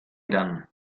irán